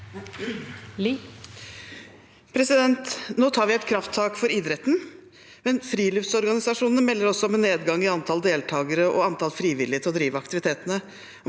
Nå tar vi et krafttak for idretten, men friluftsorganisasjonene melder også om nedgang i antall deltakere og antall frivillige til å drive aktivitetene.